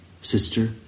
sister